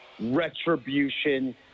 retribution